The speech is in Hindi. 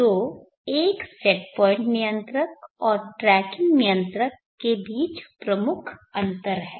तो एक सेट पॉइंट नियंत्रक और ट्रैकिंग नियंत्रक के बीच प्रमुख अंतर है